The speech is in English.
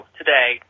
today